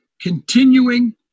continuing